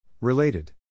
Related